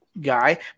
guy